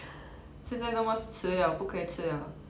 现在那么迟了不可以吃了